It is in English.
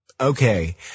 Okay